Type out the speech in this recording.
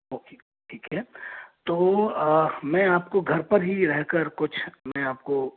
okay ठीक है तो मैं आपको घर पर ही रह कर कुछ मैं आपको